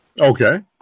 Okay